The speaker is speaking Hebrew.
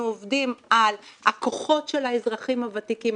אנחנו עובדים על הכוחות של האזרחים הוותיקים,